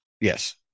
Yes